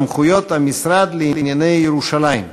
סמכויות המשרד לענייני ירושלים.